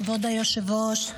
כבוד היושב-ראש,